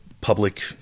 public